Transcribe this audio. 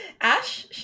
Ash